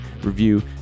review